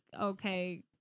okay